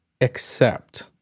accept